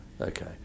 Okay